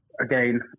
again